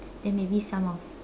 then maybe some of